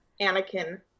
Anakin